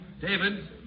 David